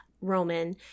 Roman